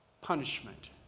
punishment